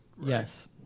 Yes